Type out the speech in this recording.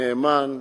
נאמן,